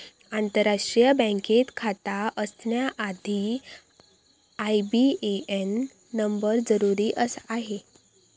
आंतरराष्ट्रीय बँकेत खाता असण्यासाठी आई.बी.ए.एन नंबर जरुरी आहे